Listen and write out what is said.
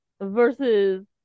versus